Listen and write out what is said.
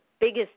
biggest